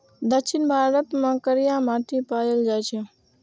दक्षिण भारत मे करिया माटि पाएल जाइ छै